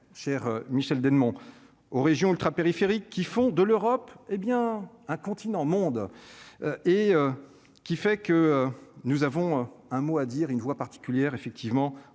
cher Michel Dennemont aux régions ultrapériphériques qui font de l'Europe, hé bien, un continent au monde et qui fait que nous avons un mot à dire, une voix particulière effectivement